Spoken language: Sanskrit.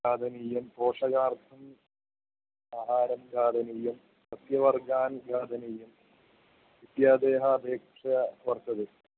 खादनीयं पोषकार्थम् आहारं खादनीयं सस्यवर्गान् खादनीयम् इत्यादयः अपेक्षा वर्तते